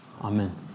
amen